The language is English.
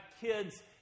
kids